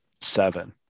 seven